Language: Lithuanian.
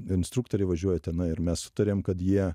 instruktoriai važiuoja tenai ir mes sutarėm kad jie